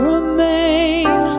remain